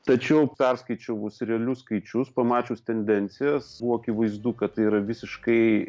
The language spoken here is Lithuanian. tačiau perskaičiavus realius skaičius pamačius tendencijas buvo akivaizdu kad tai yra visiškai